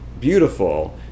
beautiful